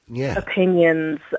opinions